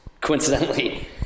coincidentally